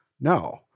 No